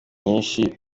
nyinshi